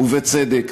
ובצדק.